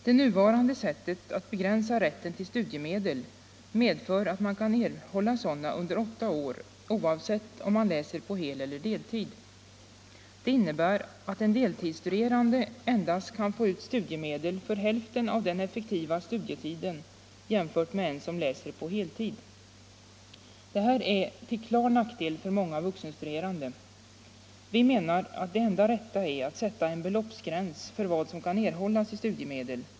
Det nuvarande sättet att begränsa rätten till studiemedel medför att man kan erhålla sådana under åtta år, oavsett om man läser på heleller deltid. Det innebär att en deltidsstuderande endast kan få ut studiemedel för hälften av den effektiva studietiden jämfört med den som studerar på heltid. Detta är till klar nackdel för många vuxenstuderande. Vi menar att det enda rätta är att sätta en beloppsgräns för vad som kan erhållas i studiemedel.